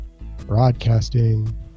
broadcasting